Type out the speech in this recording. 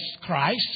Christ